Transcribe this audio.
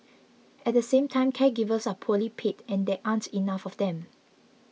at the same time caregivers are poorly paid and there aren't enough of them